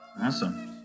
Awesome